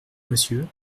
monsieur